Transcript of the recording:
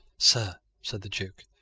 sir, said the duke,